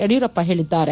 ಯಡಿಯೂರಪ್ಪ ಹೇಳಿದ್ದಾರೆ